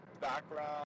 background